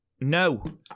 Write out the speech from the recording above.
no